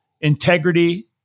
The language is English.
integrity